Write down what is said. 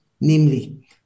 namely